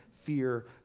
Fear